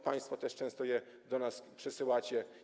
Państwo też często je do nas przysyłacie.